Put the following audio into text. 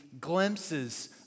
glimpses